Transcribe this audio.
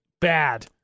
bad